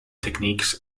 techniques